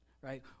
right